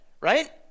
right